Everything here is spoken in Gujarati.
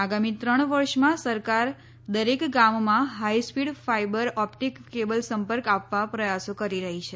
આગામી ત્રણ વર્ષમાં સરકાર દરેક ગામમાં હાઇસ્પીડ ફાઇબર ઓપ્ટીક કેબલ સંપર્ક આપવા પ્રયાસો કરી રહી છે